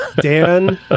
Dan